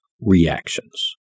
reactions